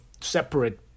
separate